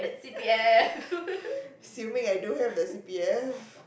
assuming I don't have the C_P_F